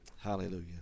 Hallelujah